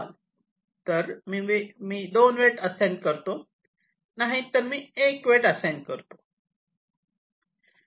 तर मी 2 weight assign करतो नाहीतर मी 1 वेट असाइन करतो